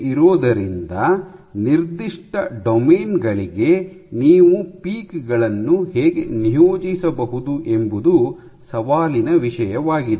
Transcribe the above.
ಆದ್ದರಿಂದ ನಿರ್ದಿಷ್ಟ ಡೊಮೇನ್ ಗಳಿಗೆ ನೀವು ಪೀಕ್ ಗಳನ್ನು ಹೇಗೆ ನಿಯೋಜಿಸಬಹುದು ಎಂಬುದು ಸವಾಲಿನ ವಿಷಯವಾಗಿದೆ